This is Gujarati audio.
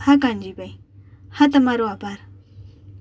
હા કાનજીભાઈ હા તમારો આભાર